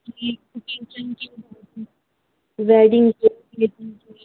جی